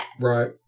Right